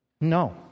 No